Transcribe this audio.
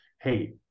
hey